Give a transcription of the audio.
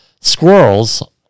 squirrels